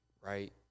right